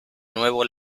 nuevo